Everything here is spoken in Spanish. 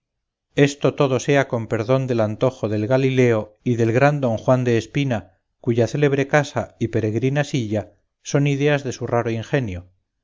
esto todo sea con perdón del antojo del galileo y el del gran don juan de espina cuya célebre casa y peregrina silla son ideas de su raro ingenio